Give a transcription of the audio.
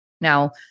Now